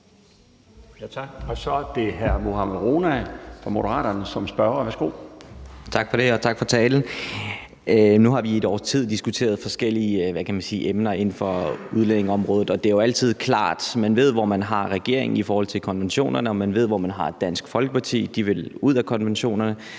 Tak for det, og tak for talen. Nu har vi i et års tid diskuteret forskellige emner inden for udlændingeområdet, og det er jo altid klart, at man ved, hvor man har regeringen i forhold til konventionerne, og at man ved, hvor man har Dansk Folkeparti; de vil ud af konventionerne.